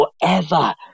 Forever